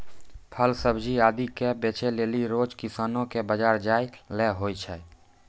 फल सब्जी आदि क बेचै लेलि रोज किसानो कॅ बाजार जाय ल होय छै